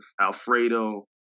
Alfredo